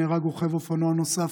נהרג רוכב אופנוע נוסף,